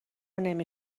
نمی